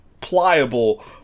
pliable